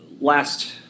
last